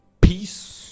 Peace